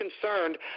concerned